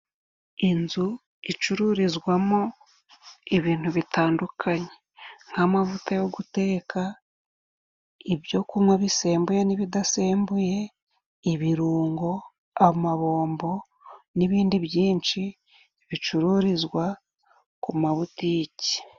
Inzu icururizwamo ibintu bitandukanye nk'amavuta yo guteka, ibyo kunywa bisembuye n'ibidasembuye ,ibirungo, amabombo n'ibindi byinshi bicururizwa ku mabutiki.